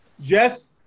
Jess